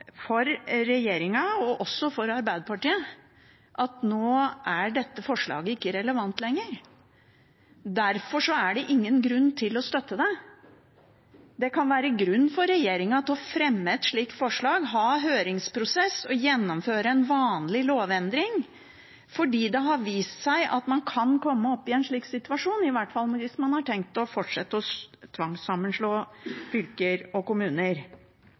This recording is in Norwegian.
at nå er dette forslaget ikke relevant lenger. Derfor er det ingen grunn til å støtte det. Det kan være grunn for regjeringen til å fremme et slikt forslag – å ha høringsprosess og gjennomføre en vanlig lovendring – fordi det har vist seg at man kan komme i en slik situasjon, i hvert fall hvis man har tenkt å fortsette å tvangssammenslå fylker og kommuner.